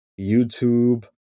YouTube